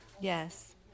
Yes